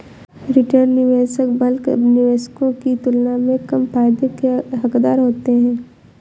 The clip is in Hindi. रिटेल निवेशक बल्क निवेशकों की तुलना में कम फायदे के हक़दार होते हैं